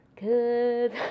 Good